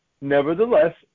nevertheless